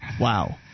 Wow